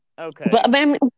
okay